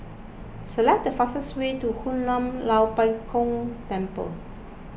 select the fastest way to Hoon Lam Tua Pek Kong Temple